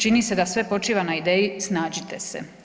Čini se da sve počiva na ideji snađite se.